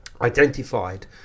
identified